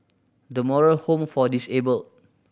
The Moral Home for Disabled